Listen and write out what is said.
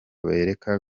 bareka